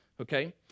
Okay